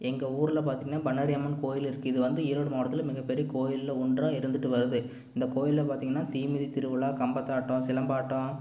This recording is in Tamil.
எங்கள் ஊர்ல பார்த்திங்கனா பண்ணாரியம்மன் கோயில் இருக்குது இது வந்து ஈரோடு மாவட்டத்தில் மிகப்பெரிய கோயில்ல ஒன்றாக இருந்துகிட்டு வருது இந்த கோயில்ல பார்த்திங்கனா தீமிதி திருவிழா கம்பத்தாட்டம் சிலம்பாட்டம்